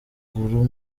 maguru